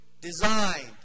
designed